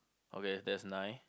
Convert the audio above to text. okay that's nine